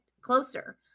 closer